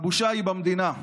הבושה היא במדינה,